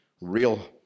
real